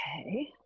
okay